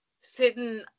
sitting